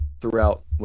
throughout